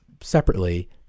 separately